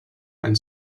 ein